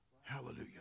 Hallelujah